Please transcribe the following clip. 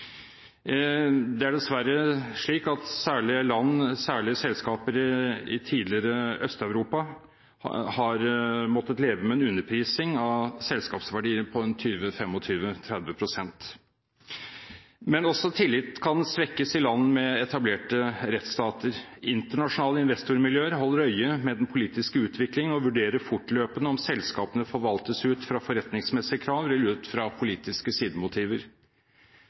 Det er dessverre slik at særlig selskaper i det tidligere Øst-Europa har måttet leve med en underprising av selskapsverdier – på 20–25–30 pst. Men tillit kan også svekkes i land som er etablerte rettsstater. Internasjonale investormiljøer holder øye med den politiske utvikling og vurderer fortløpende om selskapene forvaltes ut fra forretningsmessige krav eller ut fra politiske sidemotiver.